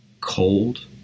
cold